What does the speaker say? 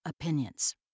opinions